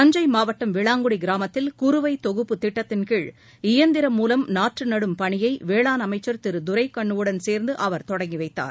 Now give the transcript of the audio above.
தஞ்சை மாவட்டம் விளாங்குடி கிராமத்தில் குறுவை தொகுப்பு திட்டத்தின் கீழ் இயந்திரம் மூவம் நாற்று நடும் பணியை வேளாண் அமைச்சர் திரு துரைக்கண்ணுவுடன் சேர்ந்து அவர் தொடங்கி வைத்தார்